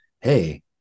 Hey